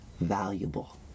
valuable